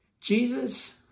Jesus